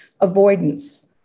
avoidance